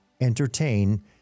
entertain